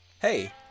Hey